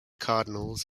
cardinals